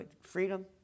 freedom